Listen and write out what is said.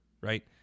right